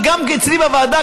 וגם אצלי בוועדה,